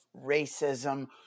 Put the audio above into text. racism